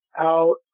out